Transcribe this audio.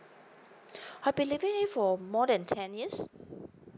I've been living in for more than ten years